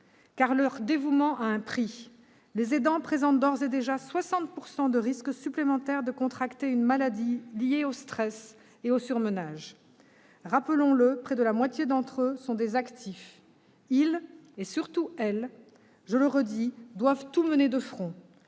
car leur dévouement à un prix. Les aidants présentent d'ores et déjà 60 % de risques supplémentaires de contracter une maladie liée au stress et au surmenage. Rappelons-le, près de la moitié des aidants sont des actifs. Ils- et surtout elles, je le redis -doivent tout mener de front.